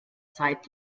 zeit